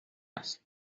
هستن